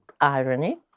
irony